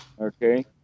Okay